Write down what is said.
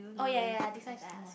oh ya ya ya this one is I ask you